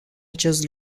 acest